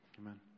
Amen